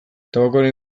tabakoaren